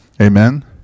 Amen